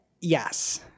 Yes